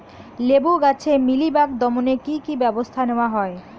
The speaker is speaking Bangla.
লেবু গাছে মিলিবাগ দমনে কী কী ব্যবস্থা নেওয়া হয়?